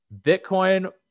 Bitcoin